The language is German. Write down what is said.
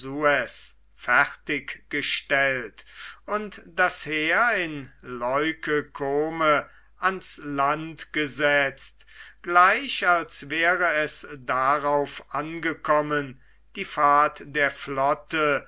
fertiggestellt und das heer in leuke kome ans land gesetzt gleich als wäre es darauf angekommen die fahrt der flotte